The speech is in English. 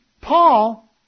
Paul